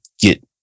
get